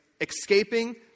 escaping